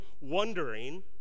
wondering